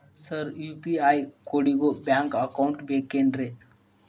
Sir UPI ಕೋಡಿಗೂ bank account ಬೇಕೆನ್ರಿ?